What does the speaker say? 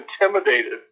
intimidated